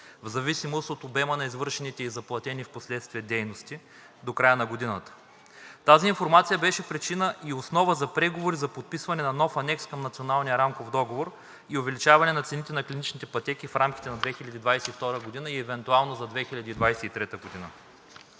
в зависимост от обема на извършените и заплатени впоследствие дейности до края на годината. Тази информация беше причина и основа за преговори за подписване на нов анекс към Националния рамков договор и увеличаване на цените на клиничните пътеки в рамките на 2022 г. и евентуално за 2023 г.